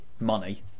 money